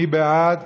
מי בעד?